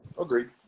Agreed